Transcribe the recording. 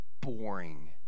boring